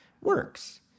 works